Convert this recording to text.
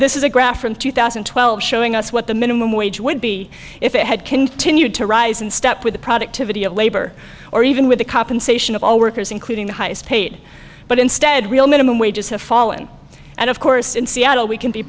this is a graph from two thousand and twelve showing us what the minimum wage would be if it had continued to rise in step with the productivity of labor or even with the compensation of all workers including the highest paid but instead real minimum wages have fallen and of course in seattle we can be